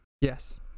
Yes